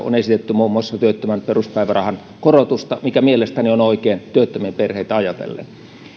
on esitetty muun muassa työttömän peruspäivärahan korotusta mikä mielestäni on oikein työttömien perheitä ajatellen